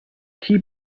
key